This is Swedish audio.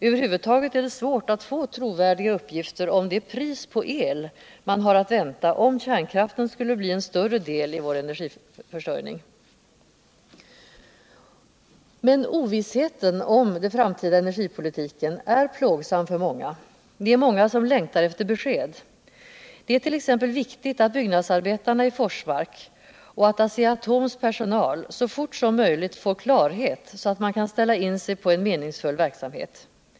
Över huvud taget är det svårt att få trovärdiga uppgifter om det pris på el man Energiforskning, 25 maj 1978 Men ovissheten om den framtida energipoliuken är plågsam för många. Det är många som längtar efter besked. Det är t.ex. viktigt att byggnadsarbetarna i Forsmark och ASEA-Atoms personal så fort som möjligt får klarhet. så att de kan ställa in sig på en meningsfull verksamhet.